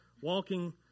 walking